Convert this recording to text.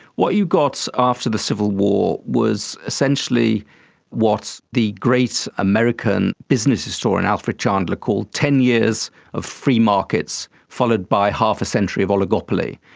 what you got after the civil war was essentially what the great american business historian alfred chandler called ten years of free markets followed by half a century of oligopoly.